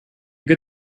good